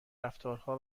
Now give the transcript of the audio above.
رفتارها